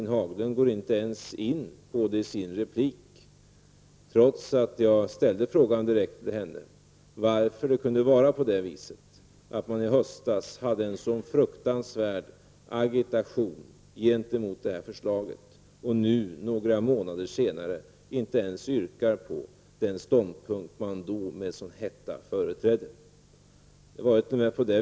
Ann-Cathrine Haglund går inte ens in på frågan i sin replik trots att jag ställde frågan direkt till henne om varför man i höstas agerade så ivrigt mot detta förslag, när man nu några månader senare inte ens yrkar på att genomdriva den ståndpunkt som man då med en sådan hetta företrädde.